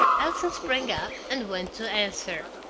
allison sprang up, and went to answer.